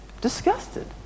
disgusted